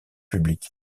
public